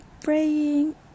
praying